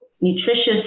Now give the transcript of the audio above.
nutritious